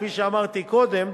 כפי שאמרתי קודם,